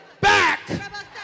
back